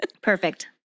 Perfect